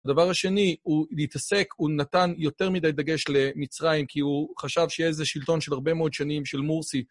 הדבר השני הוא להתעסק, הוא נתן יותר מדי דגש למצרים, כי הוא חשב שיהיה איזה שלטון של הרבה מאוד שנים של מורסי.